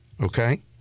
okay